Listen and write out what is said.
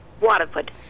Waterford